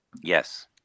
Yes